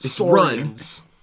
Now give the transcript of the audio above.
runs